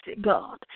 God